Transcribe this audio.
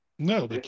no